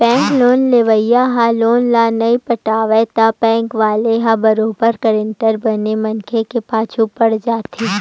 bank loan लेवइया ह loan ल नइ पटावय त बेंक वाले ह बरोबर गारंटर बने मनखे के पाछू पड़ जाथे